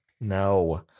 no